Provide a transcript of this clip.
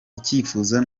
icyifuzo